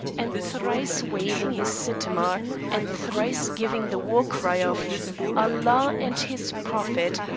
and thrice waving his scimitar, and thrice giving the war-cry of allah and his prophet,